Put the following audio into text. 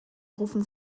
rufen